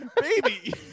baby